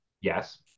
Yes